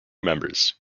members